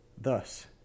Thus